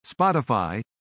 Spotify